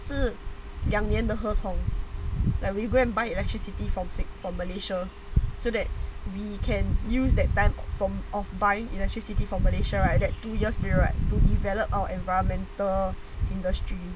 是两年的合同 that we go and buy electricity from singapore from malaysia so that we can use that time from of buying electricity from malaysia right that two years period right to develop our environmental industry